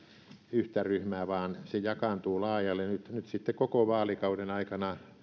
yhtä ryhmää vaan se jakaantuu laajalle nyt sitten koko vaalikauden aikana